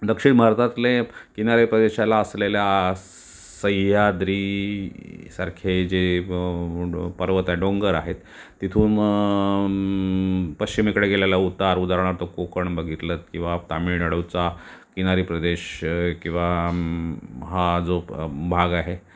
दक्षिण भारतातले किनारी प्रदेशाला असलेल्या सह्याद्रीसारखे जे ड पर्वत आहे डोंगर आहेत तिथून पश्चिमेकडे गेलेल्या उतार उदाहरणार्थ कोकण बघितलंत किंवा तामिळनाडूचा किनारी प्रदेश किंवा हा जो प भाग आहे